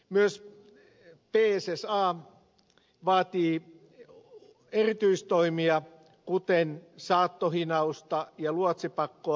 myös pssa vaatii erityistoimia kuten saattohinausta ja luotsipakkoa